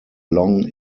long